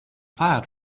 fire